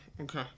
okay